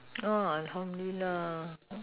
ah alhamdulillah